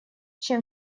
чем